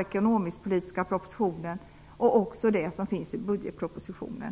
ekonomisk-politiska propositionen och budgetpropositionen på detta sätt.